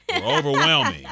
Overwhelming